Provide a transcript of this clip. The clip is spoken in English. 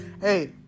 hey